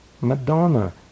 Madonna